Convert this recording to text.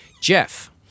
Jeff